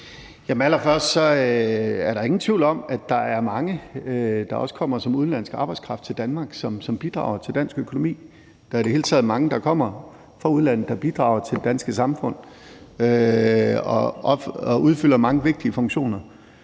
sige, at der ingen tvivl er om, at der er mange, der kommer som udenlandsk arbejdskraft til Danmark, som bidrager til dansk økonomi. Der er i det hele taget mange, der kommer fra udlandet, der bidrager til det danske samfund og udfylder mange vigtige funktioner.